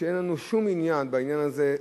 שאין לנו שום עניין בעניין הזה,